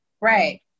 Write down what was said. right